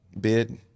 bid